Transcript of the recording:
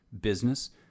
business